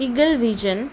eagle vision